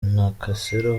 nakasero